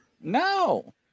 No